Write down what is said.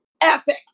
epic